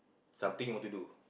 something you want to do